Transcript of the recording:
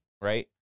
right